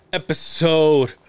episode